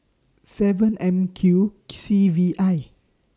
seven M Q C V I